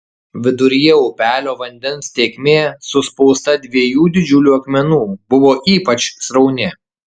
viduryje upelio vandens tėkmė suspausta dviejų didžiulių akmenų buvo ypač srauni